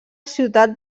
ciutat